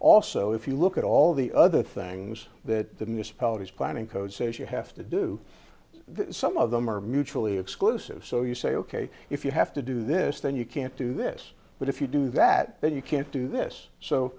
also if you look at all the other things that the municipality planning code says you have to do some of them are mutually exclusive so you say ok if you have to do this then you can't do this but if you do that then you can't do this so